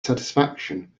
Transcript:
satisfaction